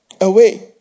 away